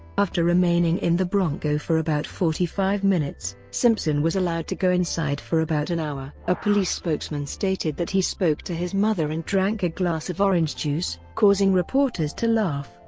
after remaining in the bronco for about forty five minutes, simpson was allowed to go inside for about an hour a police spokesman stated that he spoke to his mother and drank a glass of orange juice, causing reporters to laugh.